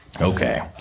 Okay